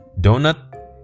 Donut